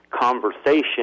conversation